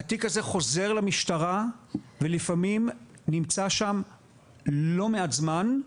התיק הזה חוזר למשטרה ולפעמים נמצא שם לא מעט זמן,